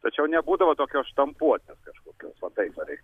tačiau nebūdavo tokios štampuotės kažkokios va taip va reiktų sakyt